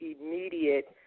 immediate